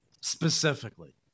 specifically